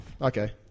Okay